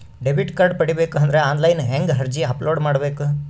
Debit card ಪಡಿಬೇಕು ಅಂದ್ರ online ಹೆಂಗ್ ಅರ್ಜಿ ಅಪಲೊಡ ಮಾಡಬೇಕು?